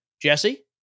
Jesse